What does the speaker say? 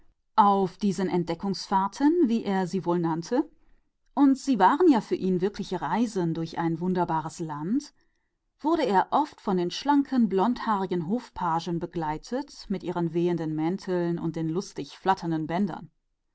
auf diesen entdeckungsreisen wie er sie zu nennen pflegte und tatsächlich waren es für ihn wirkliche reisen durch ein land der wunder ließ er sich oft von den schlanken blondhaarigen hofpagen mit ihren flatternden mänteln und den heiteren schwebenden bändern